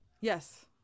yes